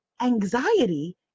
anxiety